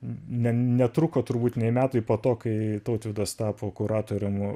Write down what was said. ne netruko turbūt nei metai po to kai tautvydas tapo kuratorium